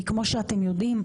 כי כמו שאתם יודעים,